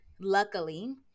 luckily